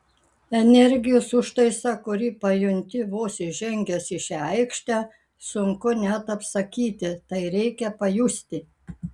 energijos užtaisą kurį pajunti vos įžengęs į šią aikštę sunku net apsakyti tai reikia pajusti